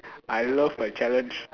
I love my challenge